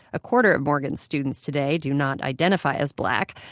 a quarter of morgan's students today do not identify as black.